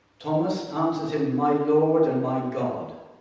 thomas answered him, my lord and my god